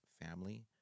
family